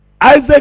Isaac